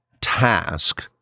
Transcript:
task